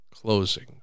closing